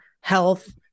health